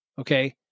okay